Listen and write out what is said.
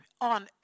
on